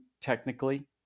technically